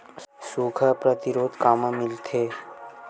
सुखा प्रतिरोध कामा मिलथे?